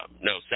no